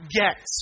get